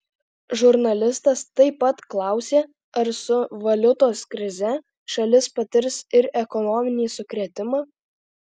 žurnalistas taip pat klausė ar su valiutos krize šalis patirs ir ekonominį sukrėtimą